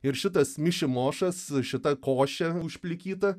ir šitas mišimošas šita košė užplikyta